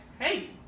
hey